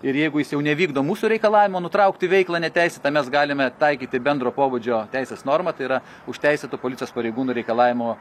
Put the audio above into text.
ir jeigu jis jau nevykdo mūsų reikalavimo nutraukti veiklą neteisėtą mes galime taikyti bendro pobūdžio teisės normą tai yra už teisėtų policijos pareigūnų reikalavimo